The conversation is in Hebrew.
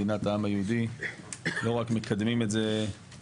מדינת העם היהודי לא רק מקדמים את זה בכלל,